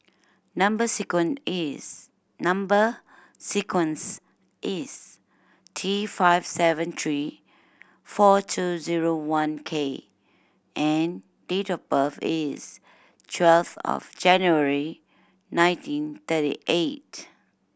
number is number sequence is T five seven three four two zero one K and date of birth is twelve of January nineteen thirty eight